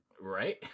Right